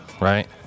right